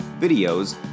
videos